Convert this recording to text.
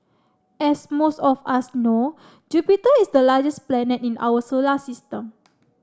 as most of us know Jupiter is the largest planet in our solar system